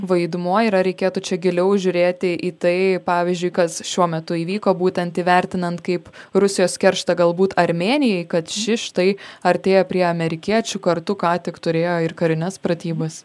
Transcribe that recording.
vaidmuo ir ar reikėtų čia giliau žiūrėti į tai pavyzdžiui kas šiuo metu įvyko būtent įvertinant kaip rusijos kerštą galbūt armėnijai kad ši štai artėja prie amerikiečių kartu ką tik turėjo ir karines pratybas